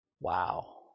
Wow